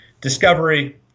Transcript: discovery